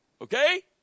Okay